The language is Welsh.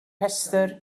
rhestr